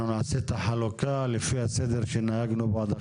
אנחנו נעשה את החלוקה לפי הסדר שנהגנו בו עד עכשיו.